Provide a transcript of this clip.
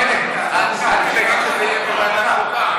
איילת, את תדאגי שזה יהיה בוועדת החוקה?